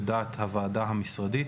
לדעת הוועדה המשרדית,